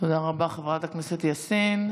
תודה רבה, חברת הכנסת יאסין.